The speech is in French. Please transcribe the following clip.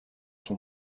son